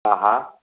हा हा